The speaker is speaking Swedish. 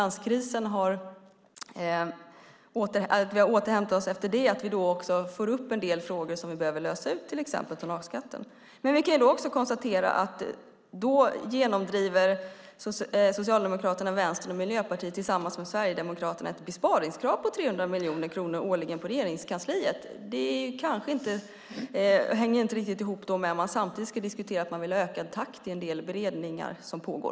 Nu när vi har återhämtat oss efter finanskrisen kan vi hoppas att vi får upp en del frågor som vi behöver lösa, till exempel den om tonnageskatten. Men vi kan också konstatera att Socialdemokraterna, Vänstern och Miljöpartiet tillsammans med Sverigedemokraterna genomdriver ett besparingskrav på 300 miljoner kronor årligen på Regeringskansliet. Det hänger inte riktigt ihop med att man samtidigt ska diskutera att man vill ha en ökad takt i en del beredningar som pågår.